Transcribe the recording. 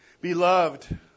Beloved